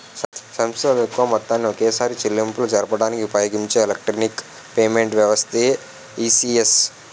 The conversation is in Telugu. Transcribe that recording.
సంస్థలు ఎక్కువ మొత్తాన్ని ఒకేసారి చెల్లింపులు జరపడానికి ఉపయోగించే ఎలక్ట్రానిక్ పేమెంట్ వ్యవస్థే ఈ.సి.ఎస్